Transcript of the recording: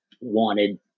wanted